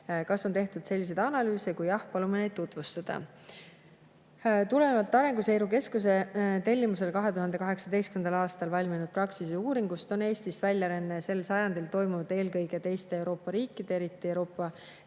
Kas on tehtud selliseid analüüse[,] ja kui jah[,] palume tutvustada." Tulenevalt Arenguseire Keskuse tellimusel 2018. aastal valminud Praxise uuringust on Eestist väljaränne sel sajandil toimunud eelkõige teistese Euroopa riikidesse, eriti Euroopa